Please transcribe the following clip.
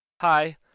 Hi